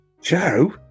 joe